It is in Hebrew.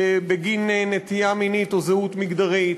בגין נטייה מינית או זהות מגדרית.